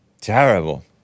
Terrible